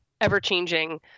ever-changing